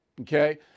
okay